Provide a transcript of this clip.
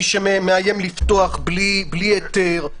מי שמאיים לפתוח בלי היתר.